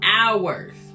hours